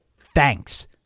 thanks